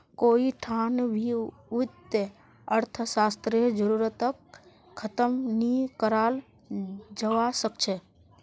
कोई ठान भी वित्तीय अर्थशास्त्ररेर जरूरतक ख़तम नी कराल जवा सक छे